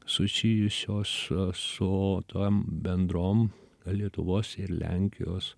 susijusios su tombendrom lietuvos ir lenkijos